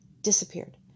disappeared